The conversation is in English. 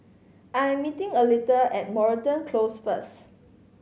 I'm meeting Aletha at Moreton Close first